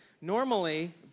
normally